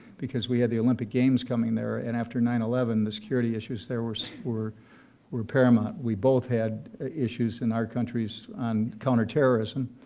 because we had the olympic games coming there, and after nine eleven, the security issues there were so were paramount. we both had issues in our countries on counterterrorism,